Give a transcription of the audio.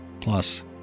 Plus